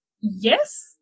Yes